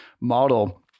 model